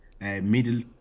middle